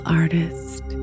artist